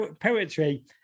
poetry